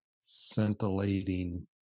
scintillating